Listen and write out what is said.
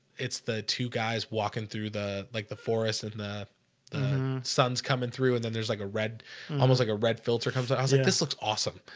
it's the two guys walking through the like the forest and the sun's coming through and then there's like a red almost like a red filter comes. i think this looks awesome